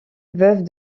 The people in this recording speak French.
veuve